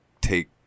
take